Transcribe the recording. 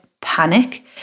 panic